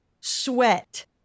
sweat